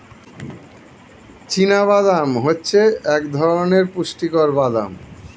চীনা বাদাম হচ্ছে এক ধরণের পুষ্টিকর বাদাম